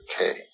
Okay